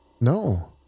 No